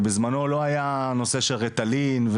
ובזמנו לא היה נושא של ריטלין,